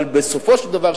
אבל בסופו של דבר,